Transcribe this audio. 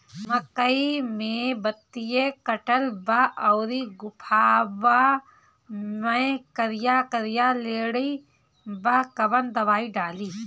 मकई में पतयी कटल बा अउरी गोफवा मैं करिया करिया लेढ़ी बा कवन दवाई डाली?